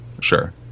Sure